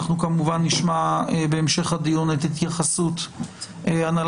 אנחנו כמובן נשמע בהמשך הדיון את התייחסות הנהלת